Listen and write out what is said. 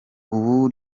ubu